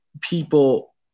people